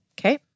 Okay